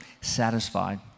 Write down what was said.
satisfied